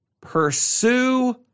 pursue